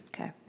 Okay